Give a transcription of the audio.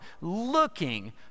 looking